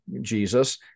Jesus